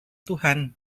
tuhan